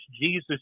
jesus